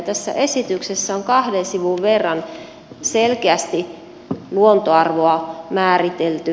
tässä esityksessä on kahden sivun verran selkeästi luontoarvoa määritelty